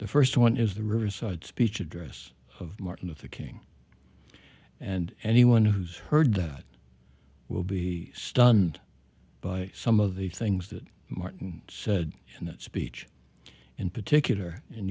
the first one is the riverside speech address of martin luther king and anyone who's heard that will be stunned by some of the things that martin said in that speech in particular and